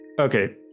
okay